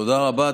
תודה רבה.